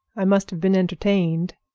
i must have been entertained.